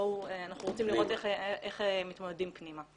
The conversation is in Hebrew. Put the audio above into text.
בואו, אנחנו רוצים לראות איך מתמודדים פנימה.